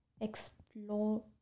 explore